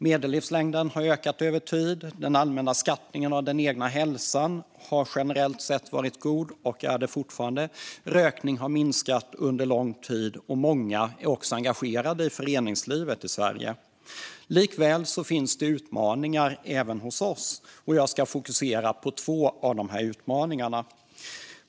Medellivslängden har ökat över tid, den allmänna skattningen av den egna hälsan har generellt sett varit god och är det fortfarande, rökningen har minskat under lång tid och många är engagerade i föreningslivet i Sverige. Likväl finns det utmaningar även hos oss, och jag ska fokusera på två av dessa utmaningar.